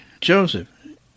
Joseph